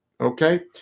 okay